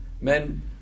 Men